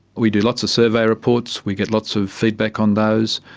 we do lots of survey reports, we get lots of feedback on those.